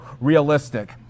realistic